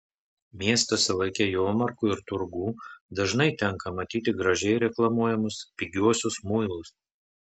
miestuose laike jomarkų ir turgų dažnai tenka matyti gražiai reklamuojamus pigiuosius muilus